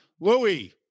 louis